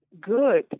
good